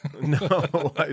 No